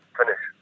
finish